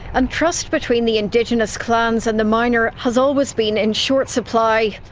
and trust between the indigenous clans and the miner has always been in short supply.